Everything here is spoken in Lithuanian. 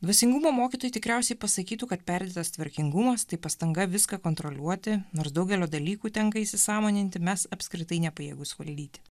dvasingumo mokytojai tikriausiai pasakytų kad perdėtas tvarkingumas tai pastanga viską kontroliuoti nors daugelio dalykų tenka įsisąmoninti mes apskritai nepajėgūs valdyti